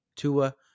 Tua